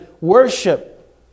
worship